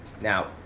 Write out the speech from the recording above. Now